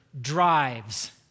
drives